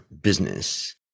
business